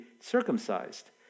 circumcised